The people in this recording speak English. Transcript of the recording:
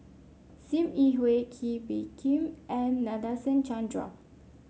Sim Yi Hui Kee Bee Khim and Nadasen Chandra